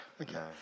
Okay